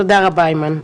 תודה רבה, איימן.